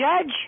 judge